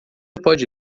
pode